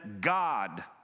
God